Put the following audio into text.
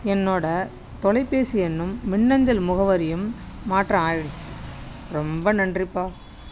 என்னோடய தொலைபேசி எண்ணும் மின்னஞ்சல் முகவரியும் மாற்றம் ஆகிடுச்சு ரொம்ப நன்றிப்பா